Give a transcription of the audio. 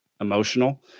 emotional